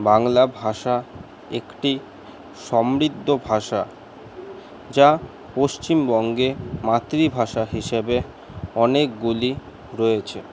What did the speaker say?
বাংলা ভাষা একটি সমৃদ্ধ ভাষা যা পশ্চিমবঙ্গে মাতৃভাষা হিসেবে অনেকগুলি রয়েছে